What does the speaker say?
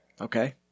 Okay